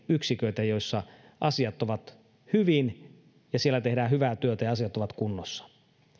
yksiköitä joissa asiat ovat hyvin ja siellä tehdään hyvää työtä ja asiat ovat kunnossa